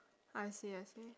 I see I see